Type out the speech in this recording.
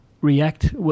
react